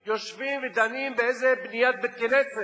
יושבים ודנים באיזה בניית בית-כנסת.